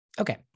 Okay